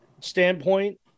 standpoint